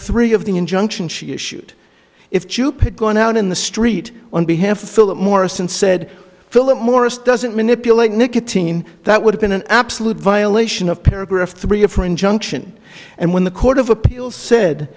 three of the injunction she issued if stupid going out in the street on behalf of philip morris and said philip morris doesn't manipulate nicotine that would have been an absolute violation of paragraph three of her injunction and when the court of appeal said